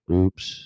Oops